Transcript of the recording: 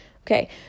okay